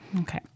Okay